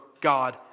God